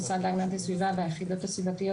המשרד להגנת הסביבה והיחידות הסביבתיות